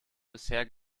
bisher